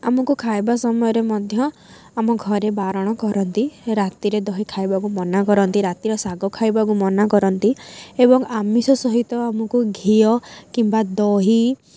ଆମକୁ ଖାଇବା ସମୟରେ ମଧ୍ୟ ଆମ ଘରେ ବାରଣ କରନ୍ତି ରାତିରେ ଦହି ଖାଇବାକୁ ମନା କରନ୍ତି ରାତିର ଶାଗ ଖାଇବାକୁ ମନା କରନ୍ତି ଏବଂ ଆମିଷ ସହିତ ଆମକୁ ଘିଅ କିମ୍ବା ଦହି